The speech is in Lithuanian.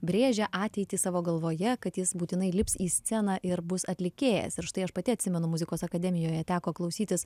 brėžia ateitį savo galvoje kad jis būtinai lips į sceną ir bus atlikėjas ir štai aš pati atsimenu muzikos akademijoje teko klausytis